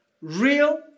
real